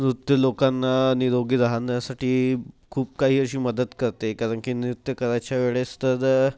नृत्य लोकांना निरोगी राहण्यासाठी खूप काही अशी मदत करते कारण की नृत्य करायच्या वेळेस तर